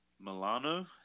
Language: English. Milano